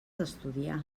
estudiar